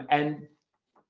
um and